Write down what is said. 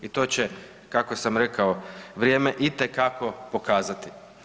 I to će, kako sam rekao, vrijeme itekako pokazati.